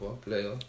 player